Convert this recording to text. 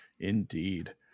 Indeed